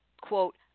quote